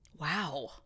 Wow